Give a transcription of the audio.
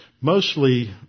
mostly